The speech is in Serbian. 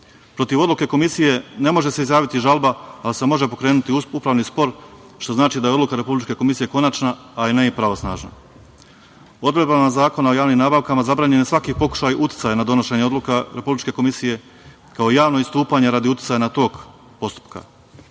odluke Komisije ne može se izjaviti žalba, ali se može pokrenuti upravni spor, što znači da je odluka Republičke komisije konačna, ali ne i pravosnažna. Odredbama Zakona o javnim nabavkama zabranjen je svaki pokušaj uticaja na donošenje odluka Republičke komisije, kao javno istupanje radi uticaja na tok